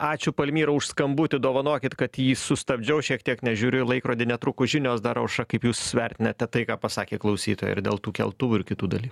ačiū palmyra už skambutį dovanokit kad jį sustabdžiau šiek tiek nes žiūriu į laikrodį netrukus žinios dar aušra kaip jūs vertinate tai ką pasakė klausytoja ir dėl tų keltuvų ir kitų dalykų